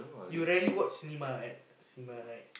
you rarely watch cinema right cinema right